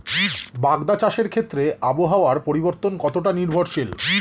বাগদা চাষের ক্ষেত্রে আবহাওয়ার পরিবর্তন কতটা নির্ভরশীল?